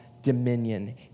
dominion